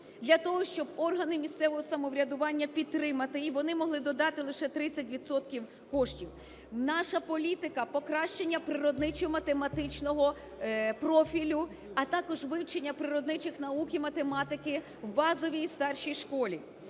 для того, щоб органи місцевого самоврядування підтримати і вони могли додати лише 30 відсотків коштів. Наша політика - покращення природничо-математичного профілю, а також вивчення природничих наук і математики в базовій і старшій школі.